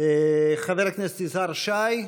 חבר הכנסת יזהר שי,